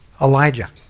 Elijah